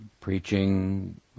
preaching